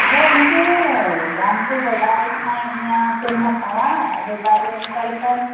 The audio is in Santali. ᱟᱫᱚ ᱮᱱᱛᱮ ᱫᱟᱢ ᱠᱚ ᱵᱟᱰᱟᱭ ᱥᱟᱱᱟᱭᱮᱫ ᱢᱮᱭᱟ ᱥᱮᱢ ᱦᱟᱛᱟᱣᱟ ᱟᱫᱚ ᱛᱟᱦᱚᱞᱮ ᱚᱱᱠᱟ ᱞᱮᱠᱟ